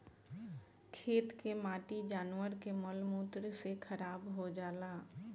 खेत के माटी जानवर के मल मूत्र से खराब हो जाला